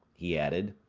he added.